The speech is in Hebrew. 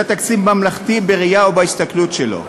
זה תקציב ממלכתי בראייה ובהסתכלות שלו.